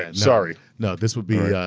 and sorry. no this would be,